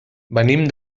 venim